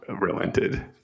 relented